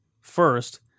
first